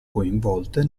coinvolte